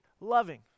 loving